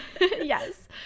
Yes